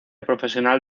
profesional